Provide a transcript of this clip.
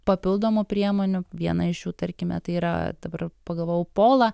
papildomų priemonių viena iš jų tarkime tai yra dabar pagalvojau pola